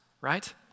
right